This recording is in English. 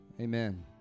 amen